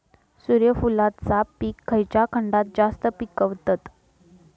सूर्यफूलाचा पीक खयच्या खंडात जास्त पिकवतत?